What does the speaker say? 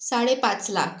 साडेपाच लाख